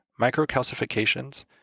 microcalcifications